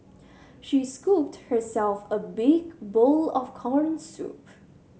she scooped herself a big bowl of corn soup